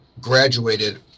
graduated